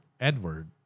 Edward